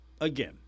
again